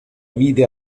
vide